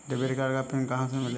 Debit card का pin कहां से मिलेगा?